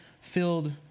filled